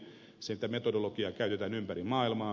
sitä metodologiaa käytetään ympäri maailmaa